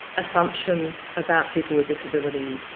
assumptions about people with disability,